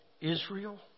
Israel